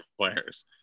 players